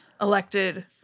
elected